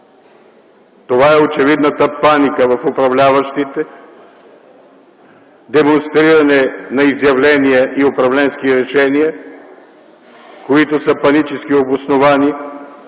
Това е очевидната паника в управляващите, демонстриране на изявления и управленски решения, които са панически обосновани